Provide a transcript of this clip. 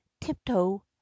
tiptoe